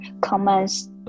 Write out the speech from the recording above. comments